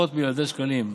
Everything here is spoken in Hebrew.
עשרות מיליארדי שקלים.